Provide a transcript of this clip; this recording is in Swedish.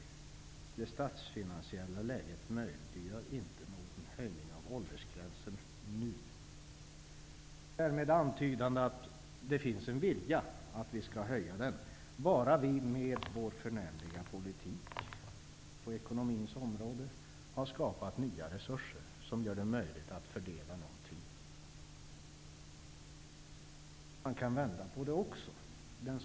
Det statsfinansiella läget möjliggör inte någon höjning av åldersgränsen nu. Det finns en antydan om en vilja att öka den, bara vi med vår förnämliga politik på ekonomins område har skapat nya resurser som gör det möjligt att fördela någonting. Man kan också vända på det.